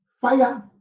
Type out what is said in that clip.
fire